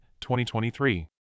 2023